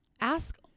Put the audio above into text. Ask